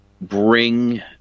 bring